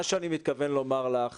אני מתכוון לומר לך